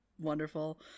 wonderful